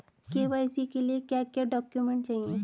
KYC के लिए क्या क्या डॉक्यूमेंट चाहिए?